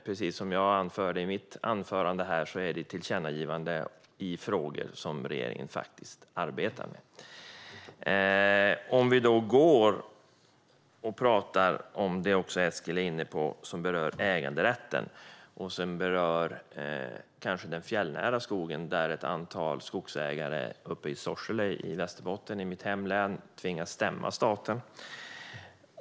Precis som jag sa i mitt anförande rör det sig om tillkännagivanden i frågor som regeringen faktiskt arbetar med. Låt oss tala om det som Eskil var inne på som rör äganderätten och den fjällnära skogen. Ett antal skogsägare i Sorsele i mitt hemlän Västerbotten har tvingats stämma staten.